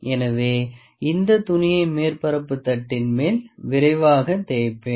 எனவே இந்த துணியை மேற்பரப்பு தட்டின் மேல் விரைவாக தேய்ப்பேன்